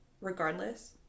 regardless